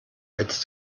als